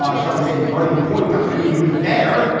shall we say, running point on. i mean, he was there.